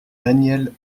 danièle